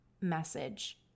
message